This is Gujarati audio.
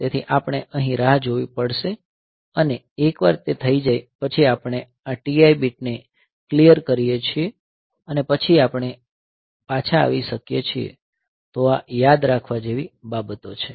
તેથી આપણે અહીં રાહ જોવી પડશે અને એકવાર તે થઈ જાય પછી આપણે આ TI બીટને ક્લિયર કરીએ છીએ અને પછી આપણે પાછા આવી શકીએ છીએ તો આ યાદ રાખવા જેવી બાબતો છે